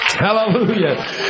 Hallelujah